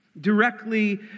directly